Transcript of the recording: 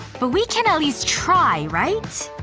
but we can at least try, right?